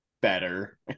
better